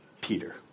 Peter